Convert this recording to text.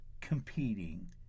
competing